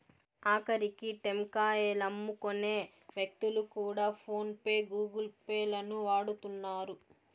ఆకరికి టెంకాయలమ్ముకునే వ్యక్తులు కూడా ఫోన్ పే గూగుల్ పే లను వాడుతున్నారు